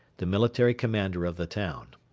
the military commander of the town.